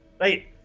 Right